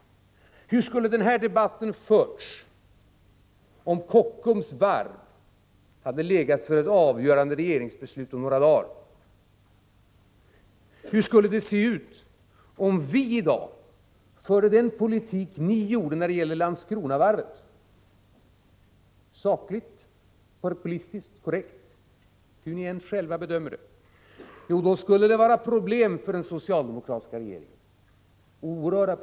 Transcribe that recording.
Hur skulle den här debatten ha förts, om Kockums varvs öde hade legat för ett avgörande regeringsbeslut om några dagar? Hur skulle det se ut om vi i dag förde den politik som ni förde i fråga om Landskronavarvet? Jo, då skulle det bli oerhörda problem för den socialdemokratiska regeringen.